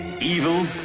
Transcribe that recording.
evil